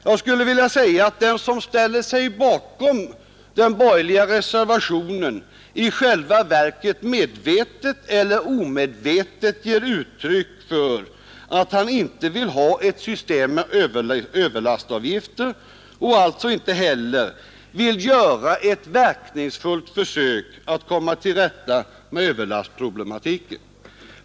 Jag skulle vilja säga att den som ställer sig bakom den borgerliga reservationen i själva verket medvetet eller omedvetet ger uttryck för att han inte vill ha ett system med överlastavgifter och alltså inte heller vill göra ett verkningsfullt försök att komma till rätta med överlastproblematiken.